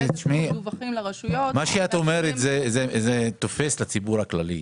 מה שאת אומרת תופס לציבור הכללי.